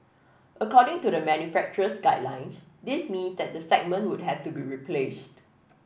according to the manufacturer's guidelines this mean that the segment would have to be replaced